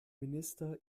minister